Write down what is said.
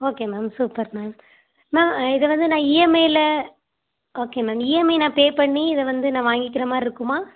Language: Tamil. okay ma'am super ma'am ma'am இது வந்து நான் இஎம்ஐயில ஓகே மேம் இஎம்ஐ நான் பே பண்ணி இதை வந்து நான் வாங்கிக்கிற மாதிரி இருக்குமா